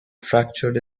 fractured